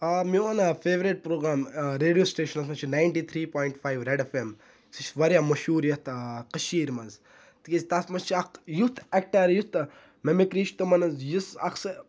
آ میون favourite programme radio سٹیشنَس منٛز چھِ ninety three point five Red FM اٮ۪م سُہ چھِ واریاہ مشہوٗر یَتھ کٔشیٖرِ منٛز تِکیٛازِ تَتھ منٛز چھِ اَکھ یُتھ اٮ۪کٹَر یُتھ مٮ۪مِکِرٛی چھِ تِمَن ہِنٛز یِژھ اَکھ سُہ